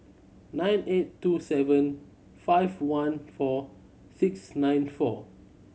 nine eight two seven five one four six nine four